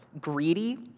greedy